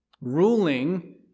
ruling